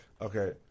Okay